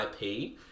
IP